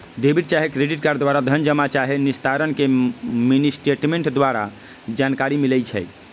debit चाहे credit card द्वारा धन जमा चाहे निस्तारण के मिनीस्टेटमेंट द्वारा जानकारी मिलइ छै